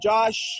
Josh